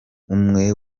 umwe